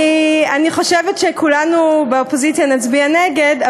אני חושבת שכולנו באופוזיציה נצביע נגד.